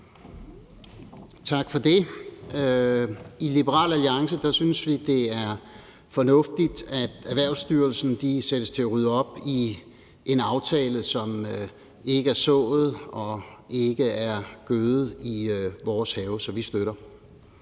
Tak for det. I Liberal Alliance synes vi, det er fornuftigt, at Erhvervsstyrelsen sættes til at rydde op i en aftale, som ikke er sået og ikke er gødet i vores have. Så vi støtter